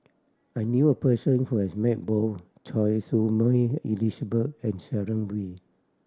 I knew a person who has met both Choy Su Moi Elizabeth and Sharon Wee